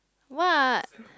what